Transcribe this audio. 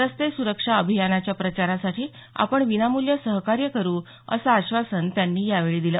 रस्ते सुरक्षा अभियानाच्या प्रचारासाठी आपण विनामूल्य सहकार्य करू असं आश्वासन त्यांनी यावेळी दिलं